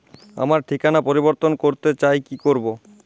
আমার ঠিকানা পরিবর্তন করতে চাই কী করব?